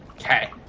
Okay